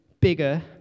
bigger